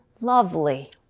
lovely